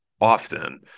often